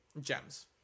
gems